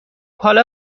حالا